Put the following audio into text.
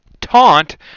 taunt